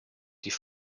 die